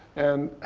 and